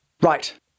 Right